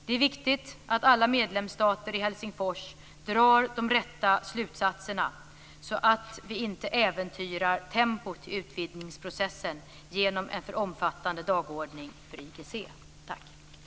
Det är viktigt att alla medlemsstater i Helsingfors drar de rätta slutsatserna, så att vi inte äventyrar tempot i utvidgningsprocessen genom en för omfattande dagordning för IGC. Tack!